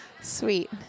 sweet